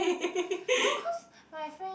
no cause my friend